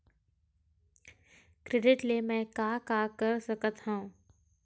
Credit ले मैं का का कर सकत हंव?